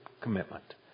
commitment